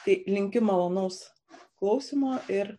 tai linkiu malonaus klausymo ir